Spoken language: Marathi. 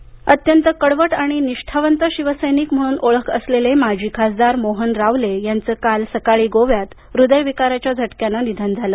रावले निधन अत्यंत कडवट आणि निष्ठावंत शिवसैनिक म्हणून ओळख असलेले माजी खासदार मोहन रावले यांचं काल सकाळी गोव्यात हृदयविकाराच्या झटक्यानं निधन झालं